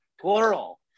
plural